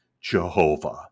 Jehovah